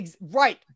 Right